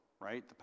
right